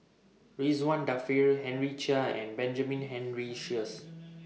Ridzwan Dzafir Henry Chia and Benjamin Henry Sheares